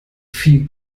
viel